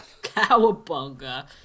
Cowabunga